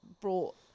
brought